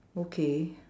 okay